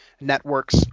networks